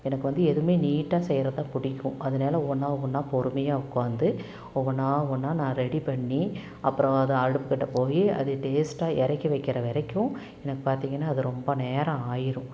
எனக்கு வந்து எதுவுமே நீட்டாக செய்கிறது தான் பிடிக்கும் அதனால் ஒவ்வொன்றா ஒவ்வொன்றா பொறுமையாக உட்காந்து ஒவ்வொன்றா ஒவ்வொன்றா நான் ரெடி பண்ணி அப்புறம் அதை அடுப்புக்கிட்ட போய் அது டேஸ்ட்டாக இறக்கி வைக்கிற வரைக்கும் எனக்கு பார்த்திங்கன்னா அது ரொம்ப நேரம் ஆயிடும்